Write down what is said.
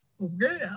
Okay